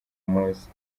muzi